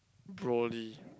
Broly